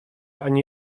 ani